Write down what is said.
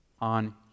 on